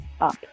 up